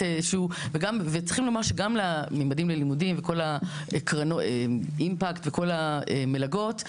צריכים לומר שגם "ממדים ללימודים" וכל האימפקט וכל המלגות,